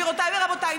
גבירותיי ורבותיי,